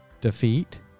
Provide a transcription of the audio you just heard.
Defeat